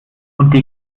und